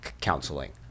counseling